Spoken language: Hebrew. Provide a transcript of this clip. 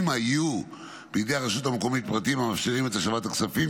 אם היו בידי הרשות המקומית פרטים המאפשרים את השבת הכספים,